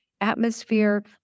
atmosphere